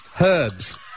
Herbs